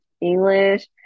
English